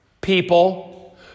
People